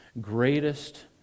greatest